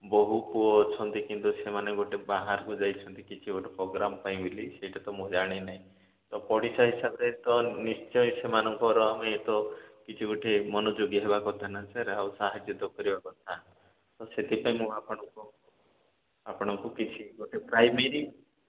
ବୋହୁ ପୁଅ ଅଛନ୍ତି କିନ୍ତୁ ସେମାନେ ଗୋଟେ ବାହାରକୁ ଯାଇଛନ୍ତି କିଛି ଗୋଟେ ପ୍ରୋଗ୍ରାମ ପାଇଁ ବୋଲି ସେଇଟା ତ ମୁଁ ଜାଣିନାହିଁ ତ ପଡ଼ିଶା ହିସାବରେ ତ ନିଶ୍ଚୟ ସେମାନଙ୍କର କିଛି ଗୋଟେ ମନଯୋଗୀ ହେବାକଥା ନା ସାର ଆଉ ସାହାଯ୍ୟ ତ କରିବା କଥା ତ ସେଥିପାଇଁ ମୁଁ ଆପଣଙ୍କୁ ଆପଣଙ୍କୁ କିଛି ଗୋଟେ ପ୍ରାଇମେରୀ